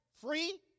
free